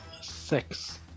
Six